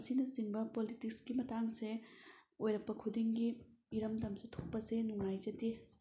ꯑꯁꯤꯅ ꯆꯤꯡꯕ ꯄꯣꯂꯤꯇꯤꯛꯁꯀꯤ ꯃꯇꯥꯡꯁꯦ ꯑꯣꯏꯔꯛꯄ ꯈꯨꯗꯤꯡꯒꯤ ꯏꯔꯝꯗꯝꯁꯦ ꯊꯣꯛꯄꯁꯦ ꯅꯨꯡꯉꯥꯏꯖꯗꯦ